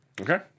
Okay